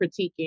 critiquing